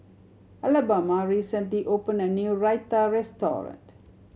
Alabama recently opened a new Raita restaurant